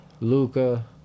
Luca